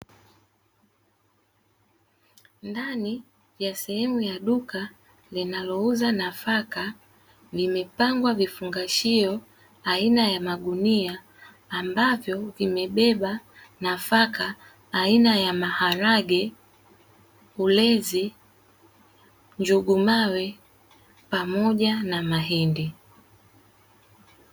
Ndani ya sehemu ya duka linalouza nafaka, limepangwa vifungashio aina ya magunia, ambavyo vimebeba nafaka aina ya maharage, ulezi, njugu mawe pamoja na mahindi.